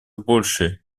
больше